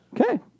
Okay